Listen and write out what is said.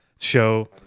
show